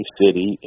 city